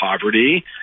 poverty